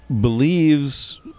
believes